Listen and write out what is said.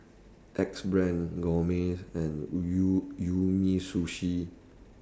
Axe Brand Gourmet and U Umisushi